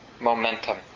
momentum